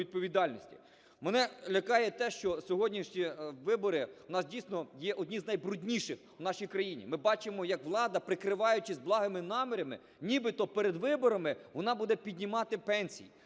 Мене лякає те, що сьогоднішні вибори у нас, дійсно, є одні з найбрудніших у нашій країні. Ми бачимо, як влада, прикриваючись благими намірами, нібито перед виборами вона буде піднімати пенсії.